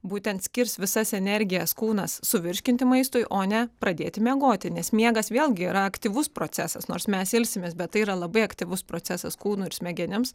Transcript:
būtent skirs visas energijas kūnas suvirškinti maistui o ne pradėti miegoti nes miegas vėlgi yra aktyvus procesas nors mes ilsimės bet tai yra labai aktyvus procesas kūnui ir smegenims